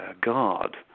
Guard